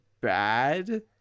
bad